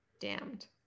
damned